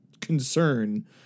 concern